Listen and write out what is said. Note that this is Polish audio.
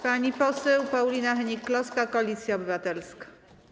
Pani poseł Paulina Hennig-Kloska, Koalicja Obywatelska.